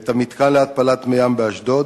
את המתקן להתפלת מי ים באשדוד,